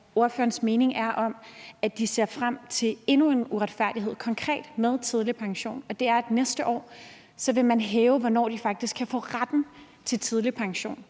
ordførerens mening er om, at de ser frem til endnu en uretfærdighed, konkret i forhold til tidlig pension, for næste år vil man hæve grænsen for, hvornår de faktisk kan få retten til tidlig pension.